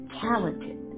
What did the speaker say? talented